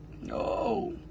No